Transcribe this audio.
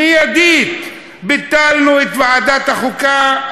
מייד ביטלנו את ועדת החוקה,